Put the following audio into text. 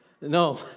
No